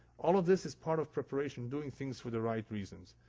all of this is part of preparation. doing things for the right reasons.